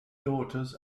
daughters